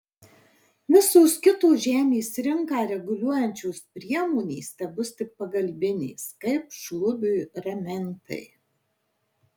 visos kitos žemės rinką reguliuojančios priemonės tebus tik pagalbinės kaip šlubiui ramentai